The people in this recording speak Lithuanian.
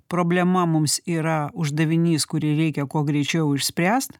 problema mums yra uždavinys kurį reikia kuo greičiau išspręst